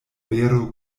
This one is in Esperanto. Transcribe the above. vero